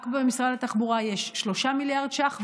רק במשרד התחבורה יש 3 מיליארד ש"ח,